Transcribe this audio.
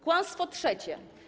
Kłamstwo trzecie.